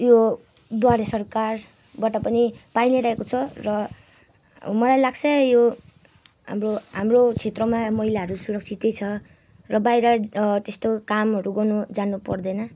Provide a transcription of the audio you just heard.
यो द्वारे सरकारबाट पनि पाइ नै रहेको छ र मलाई लाग्छ यो हाम्रो हाम्रो क्षेत्रमा महिलाहरू सुरक्षितै छ र बाहिर त्यस्तो कामहरू गर्नु जानु पर्दैन